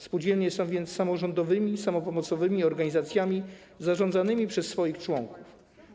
Spółdzielnie są więc samorządowymi samopomocowymi organizacjami zarządzanymi przez swoich członków.